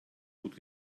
gut